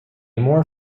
more